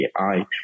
AI